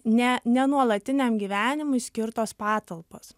ne ne nuolatiniam gyvenimui skirtos patalpos